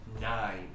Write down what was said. nine